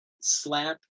slap